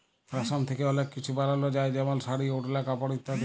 রেশম থ্যাকে অলেক কিছু বালাল যায় যেমল শাড়ি, ওড়লা, কাপড় ইত্যাদি